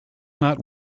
not